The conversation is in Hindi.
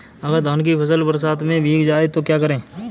अगर धान की फसल बरसात में भीग जाए तो क्या करें?